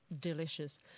Delicious